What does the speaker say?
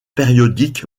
périodique